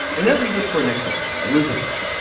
and that leads us to our next list, elizabeth,